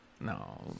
No